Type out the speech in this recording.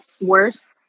worse